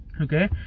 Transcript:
Okay